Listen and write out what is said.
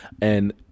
and-